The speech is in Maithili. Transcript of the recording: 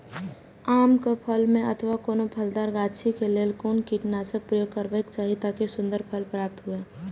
आम क फल में अथवा कोनो फलदार गाछि क लेल कोन कीटनाशक प्रयोग करबाक चाही ताकि सुन्दर फल प्राप्त हुऐ?